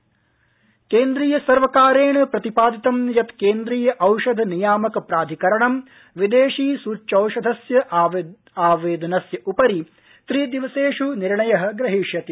सुच्यौषध अनुमति केन्द्रीय सर्वकारेण प्रतिपादितं यत् केन्द्रीय औषध नियामक प्राधिकरणं विदेशी सुच्यौषधस्य आवेदनस्य उपरि त्रिदिवसेष् निर्णय ग्रहीष्यति